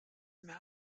mehr